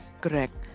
Correct